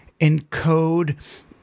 encode